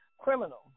criminal